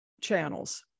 channels